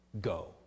go